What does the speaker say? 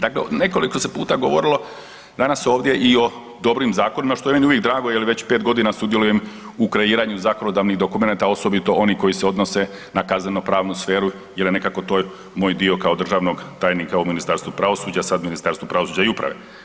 Dakle nekoliko puta se govorilo danas ovdje i o dobrim zakonima, što je meni uvijek drago jer već 5 godina sudjelujem u kreiranju zakonodavnih dokumenata, osobito onih koji se odnose na kazneno pravnu sferu jer je nekako to moj dio kao državnog tajnika u Ministarstvu pravosuđa, sad Ministarstvu pravosuđa i uprave.